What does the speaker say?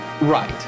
Right